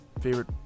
favorite